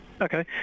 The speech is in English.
Okay